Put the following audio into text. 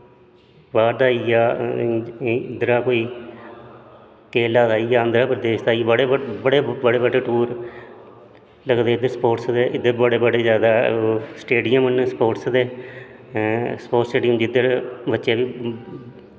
बाह्र दा आई गेआ इद्धर दा कोई केरला दा आंद्र प्रदेस दा आई गे बड़े बड़े टूर लगदे इद्धर स्पोटस दे इद्धर बड़े बड़े जैदा स्टेडियम न स्पोटस दे स्पोटस स्टेडियम जिद्धर बच्चे